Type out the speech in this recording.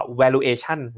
valuation